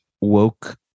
woke